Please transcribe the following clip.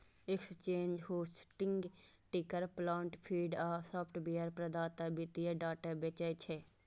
exchange, hosting, ticker plant feed आ software प्रदाता वित्तीय डाटा बेचै छै